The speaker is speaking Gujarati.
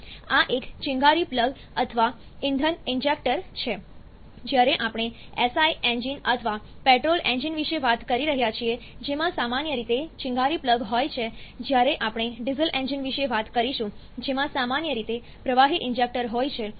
આ એક ચિનગારી પ્લગ અથવા ઇંધન ઇન્જેક્ટર છે જ્યારે આપણે SI એન્જિન અથવા પેટ્રોલ એન્જિન વિશે વાત કરી રહ્યા છીએ જેમાં સામાન્ય રીતે ચિનગારી પ્લગ હોય છે જ્યારે આપણે ડીઝલ એન્જિન વિશે વાત કરીશું જેમાં સામાન્ય રીતે પ્રવાહી ઇન્જેક્ટર હોય છે